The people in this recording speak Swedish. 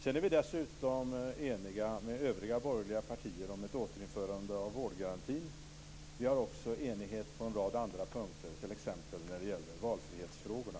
Sedan är vi dessutom eniga med övriga borgerliga partier om ett återinförande av vårdgarantin. Vi har också enighet på en rad andra punkter, t.ex. när det gäller valfrihetsfrågorna.